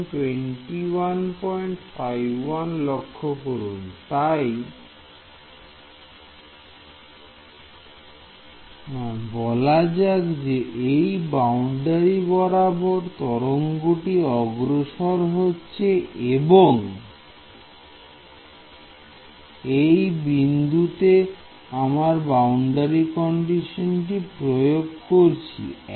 তাই তাই বলা যাক যে এই বাউন্ডারি বরাবর তরঙ্গটি অগ্রসর হচ্ছে এবং এই বিন্দুতে আমরা বাউন্ডারি কন্ডিশনটি প্রয়োগ করছি